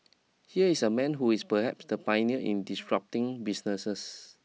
here is a man who is perhaps the pioneer in disrupting businesses